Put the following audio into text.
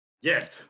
Yes